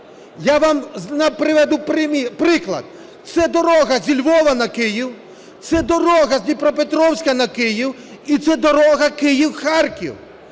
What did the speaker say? Я вам наведу приклад. Це дорога зі Львова на Київ, це дорога з Дніпропетровська на Київ і це дорога Київ-Харків.